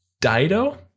Dido